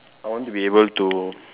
I want to be able to